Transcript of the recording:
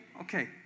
Okay